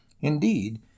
Indeed